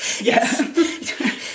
Yes